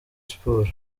sport